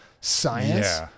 science